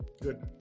Good